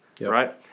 right